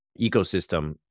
ecosystem